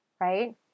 right